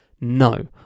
No